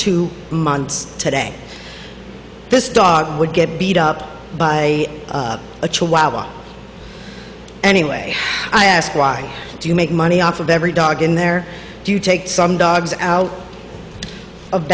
two months today this dog would get beat up by a chihuahua anyway i ask why do you make money off of every dog in there do you take some dogs out of